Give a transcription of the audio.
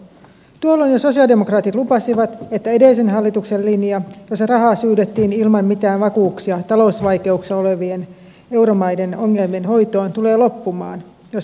tuolloin jo sosialidemokraatit lupasivat että edellisen hallituksen linja jossa rahaa syydettiin ilman mitään vakuuksia talousvaikeuksissa olevien euromaiden ongelmien hoitoon tulee loppumaan jos me olemme hallituksessa